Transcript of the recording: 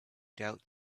doubt